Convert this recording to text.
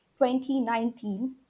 2019